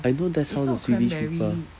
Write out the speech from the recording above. I know that's how the swedish people